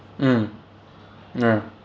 mm ya